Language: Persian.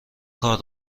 کار